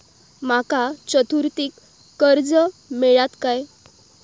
माका चतुर्थीक कर्ज मेळात काय?